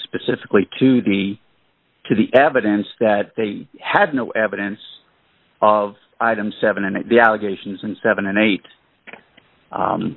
specifically to the to the evidence that they had no evidence of item seven and the allegations and seven and eight